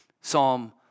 Psalm